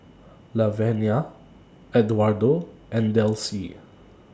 Lavenia Edwardo and Delcie